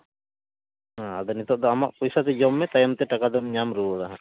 ᱦᱮᱸ ᱟᱫᱚ ᱱᱤᱛᱳᱜ ᱫᱚ ᱟᱢᱟᱜ ᱯᱚᱭᱥᱟ ᱛᱮ ᱡᱚᱢ ᱢᱮ ᱛᱟᱭᱚᱢᱛᱮ ᱴᱟᱠᱟ ᱫᱚᱢ ᱧᱟᱢ ᱨᱯᱩᱣᱟᱹᱲᱟ ᱱᱟᱦᱟᱜ